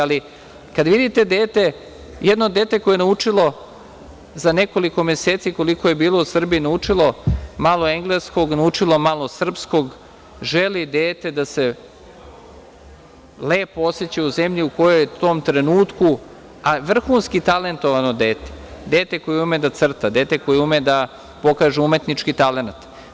Ali, kada vidite dete, jedno dete koje je naučilo za nekoliko meseci, koliko je bilo u Srbiji, malo engleskog, naučilo malo srpskog, želi dete da se lepo oseća u zemlji u kojoj je u tom trenutku, a vrhunski talentovano dete, dete koje ume da crta, dete koje ume da pokaže umetnički talenat.